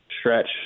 stretch